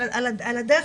אבל על הדרך,